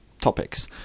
topics